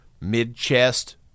mid-chest